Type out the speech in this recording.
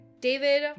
david